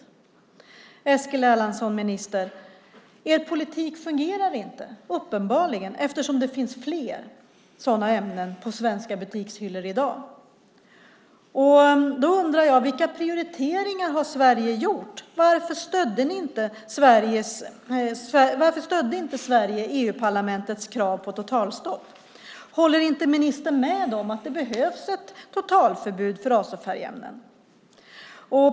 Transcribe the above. Minister Eskil Erlandsson, er politik fungerar uppenbarligen inte, eftersom det finns fler sådana ämnen på svenska butikshyllor i dag. Jag undrar vilka prioriteringar Sverige har gjort. Varför stödde inte Sverige EU-parlamentets krav på totalstopp? Håller inte ministern med om att det behövs ett totalförbud mot azofärgämnen?